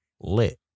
lit